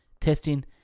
testing